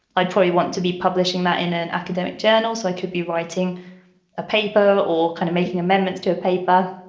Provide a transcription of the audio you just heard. i'd tell you want to be publishing that in an academic journals so i could be writing a paper or kind of making amendments to a paper.